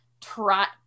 trot